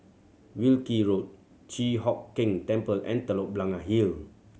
Wilkie Road Chi Hock Keng Temple and Telok Blangah Hill